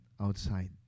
outside